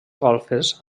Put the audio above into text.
golfes